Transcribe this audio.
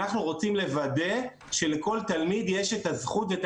אנחנו רוצים לוודא שלכל תלמיד יש את הזכות ואת